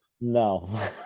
no